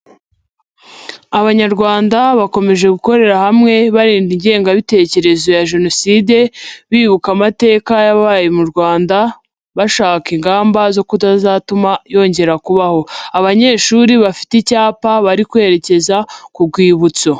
Abanyarwanda bakomeje gukorera hamwe barinda ingengabitekerezo ya Jenoside, bibuka amateka yabaye mu Rwanda bashaka ingamba zo kutazatuma yongera kubaho, abanyeshuri bafite icyapa bari kwerekeza ku rwibutso.